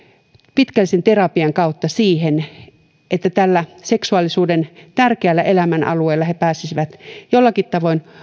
pitkällisen terapian kautta siihen että seksuaalisuuden tärkeällä elämänalueella he pääsisivät jollakin tavoin